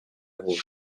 gust